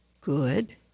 good